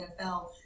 NFL